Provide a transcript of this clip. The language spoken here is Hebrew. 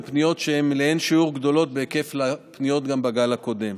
בפניות שהן לאין שיעור בהקיף גדול מהיקף הפניות בגל הקודם.